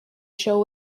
show